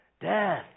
Death